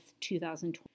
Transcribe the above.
2020